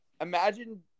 imagine